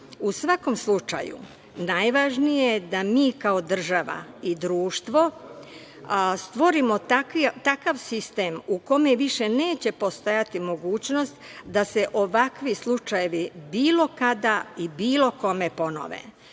svakom slučaju, najvažnije je da mi, kao država i društvo, stvorimo takav sistem u kome više neće postojati mogućnost da se ovakvi slučajevi bilo kada i bilo kome ponove.